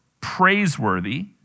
praiseworthy